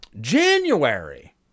January